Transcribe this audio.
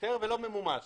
ולא ממומש.